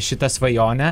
šitą svajonę